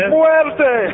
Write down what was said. Muerte